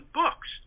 books